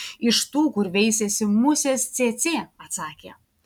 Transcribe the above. iš tų kur veisiasi musės cėcė atsakė